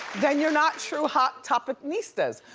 then you're not true hot topic-nistas.